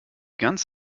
ganz